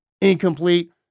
incomplete